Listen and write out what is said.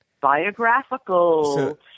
biographical